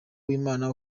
w’imana